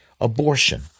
abortion